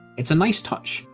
it's a nice touch,